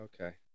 Okay